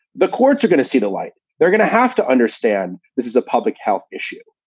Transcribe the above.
the courts are going to see the light. they're gonna have to understand this is a public health issue.